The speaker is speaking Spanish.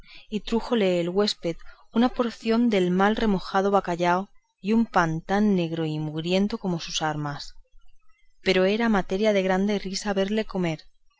y trújole el huésped una porción del mal remojado y peor cocido bacallao y un pan tan negro y mugriento como sus armas pero era materia de grande risa verle comer